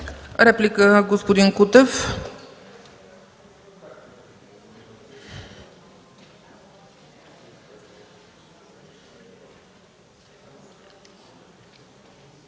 Реплика – господин Кутев.